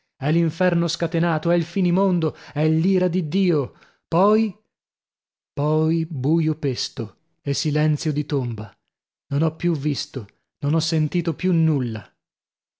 è l'inferno scatenato è il finimondo è l'ira di dio poi poi buio pesto e silenzio di tomba non ho più visto non ho sentito più nulla